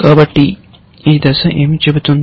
కాబట్టి ఈ దశ ఏమి చెబుతుంది